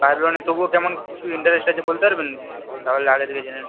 কার লোনের তবুও কেমন কিছু ইন্টারেস্ট আছে বলতে পারবেন কিছু তাহলে আগে থেকে জেনে নিই